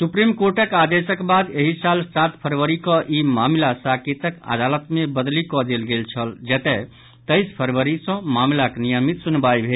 supreme कोर्टक आदेशक बाद एहि साल सात फरवरी कऽ ई मामिला साकेतक अदालत मे बदलि कऽ देल गेल छल जतय तेईस फरवरी सऽ मामिलाक नियमित सुनवाई भेल